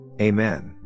Amen